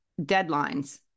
deadlines